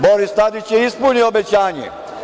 Boris Tadić je ispunio obećanje.